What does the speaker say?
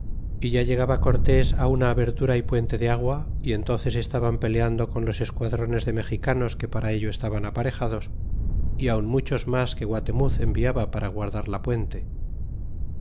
y ya llegaba cortes á una abertura y puente de agua y entónces estaban peleando con los esquadrones de mexicanos que para ello estaban aparejados y aun muchos mas que guatemuz enviaba para guardar la puente